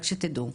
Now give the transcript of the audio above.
רק שתדעו.